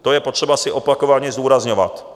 To je potřeba si opakovaně zdůrazňovat.